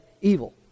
evil